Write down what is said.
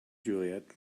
juliet